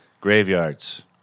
graveyards